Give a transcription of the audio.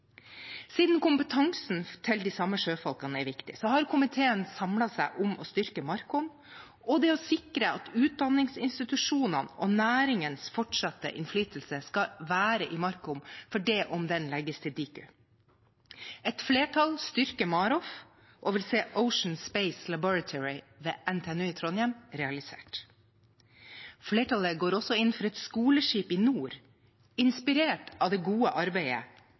Siden kompetansen til de samme sjøfolkene er viktig, har komiteen samlet seg om å styrke Markom og sikre at utdanningsinstitusjonene og næringens fortsatte innflytelse skal være i Markom selv om den legges til Diku. Et flertall styrker MAROFF og vil se Ocean Space Laboratories ved NTNU i Trondheim realisert. Flertallet går også inn for et skoleskip i nord, inspirert av det gode arbeidet